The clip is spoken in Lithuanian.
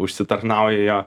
užsitarnauji jo